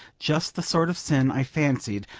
just the sort of sin, i fancied,